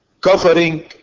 covering